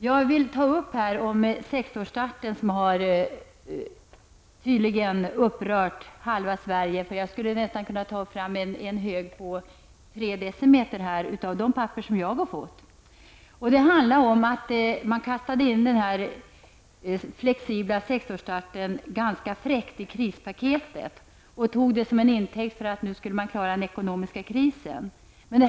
Jag vill här ta upp frågan om sexåringar skall börja skolan. Den har tydligen upprört halva Sverige. Jag skulle av de papper jag har fått nästan kunna ta fram en hög på tre decimeter. Det handlar om att man ganska fräckt kastade in denna flexibla sexårsstart i krispaketet. Man tog det som en intäkt för att man nu skulle klara den ekonomiska krisen.